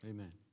Amen